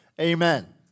Amen